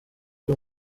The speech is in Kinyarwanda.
ari